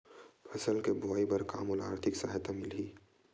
फसल के बोआई बर का मोला आर्थिक सहायता मिलही?